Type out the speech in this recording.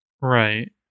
Right